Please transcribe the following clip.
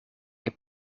heb